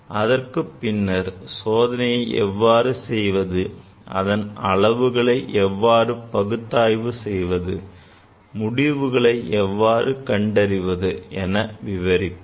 அதன்பின்னர் சோதனையை எவ்வாறு செய்வது அதன் அளவுகளை எவ்வாறு பகுத்தாய்வு செய்வது முடிவுகளை எவ்வாறு கண்டறிவது என விவரிப்பேன்